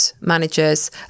managers